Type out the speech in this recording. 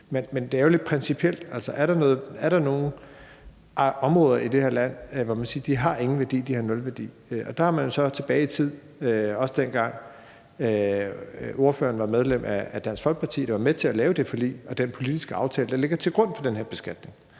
Men det er jo lidt principielt: Er der nogen områder i det her land, hvor man kan sige, at de ingen værdi har – at de har nul værdi? Der har man jo så tilbage i tid, også dengang ordføreren var medlem af Dansk Folkeparti, der var med til at lave det forlig og den politiske aftale, der ligger til grund for den her beskatning,